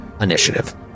Initiative